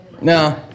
No